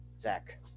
Zach